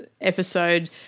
episode